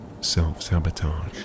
self-sabotage